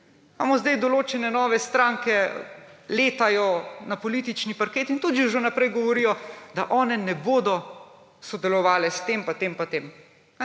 Imamo sedaj določene nove stranke, letajo na politični parket in tudi že vnaprej govorijo, da one ne bodo sodelovale s tem pa tem pa tem.